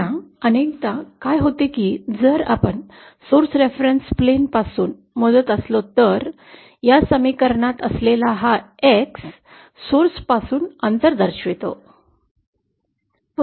आता अनेकदा काय होते की जर आपण सोर्स रेफरेंस प्लेन पासून मोजत असलो तर या समीकरणात असलेला हा एक्स स्रोतापासूनचे अंतर दर्शवतो